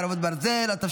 חרבות ברזל) (תיקון),